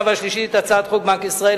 ולקריאה השלישית את הצעת חוק בנק ישראל,